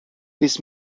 this